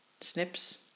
snips